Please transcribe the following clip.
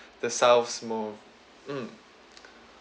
the south's more mm